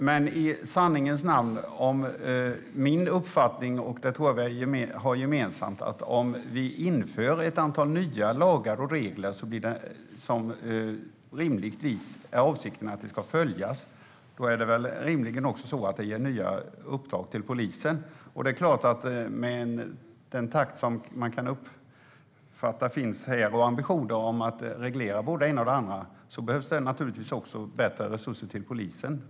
Herr talman! I sanningens namn: Om vi inför ett antal nya lagar och regler är rimligtvis avsikten att de ska följas, och då innebär det rimligen också nya uppdrag åt polisen. Med den reformtakt och de ambitioner att reglera det ena och det andra som finns här behövs det naturligtvis också bättre resurser till polisen.